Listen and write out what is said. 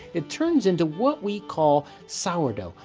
it turns into what we call sourdough,